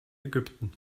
ägypten